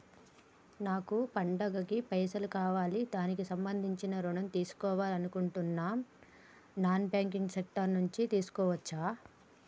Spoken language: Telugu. నాకు పండగ కి పైసలు కావాలి దానికి సంబంధించి ఋణం తీసుకోవాలని అనుకుంటున్నం నాన్ బ్యాంకింగ్ సెక్టార్ నుంచి తీసుకోవచ్చా?